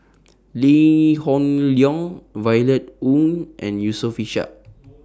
Lee Hoon Leong Violet Oon and Yusof Ishak